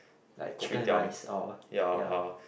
like Chicken Rice or ya